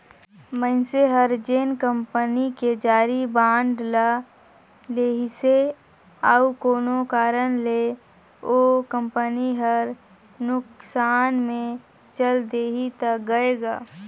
मइनसे हर जेन कंपनी के जारी बांड ल लेहिसे अउ कोनो कारन ले ओ कंपनी हर नुकसान मे चल देहि त गय गा